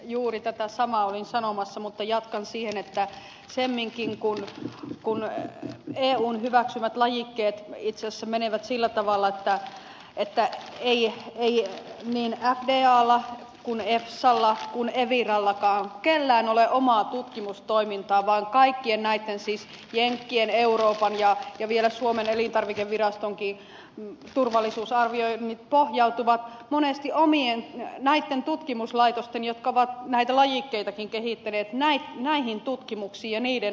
juuri tätä samaa olin sanomassa mutta jatkan siihen että semminkin kun eun hyväksymät lajikkeet itse asiassa menevät sillä tavalla että ei niin fdalla kuin efsalla kuin evirallakaan millään ole omaa tutkimustoimintaa vaan kaikkien näitten siis jenkkien euroopan ja vielä suomen elintarvikevirastonkin turvallisuusarvioinnit pohjautuvat monesti niiden tutkimuslaitosten jotka ovat näitä lajikkeitakin kehittäneet tutkimuksiin ja niiden arviointiin